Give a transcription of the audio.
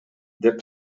деп